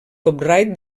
copyright